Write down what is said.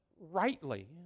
rightly